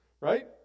right